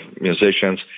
musicians